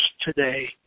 today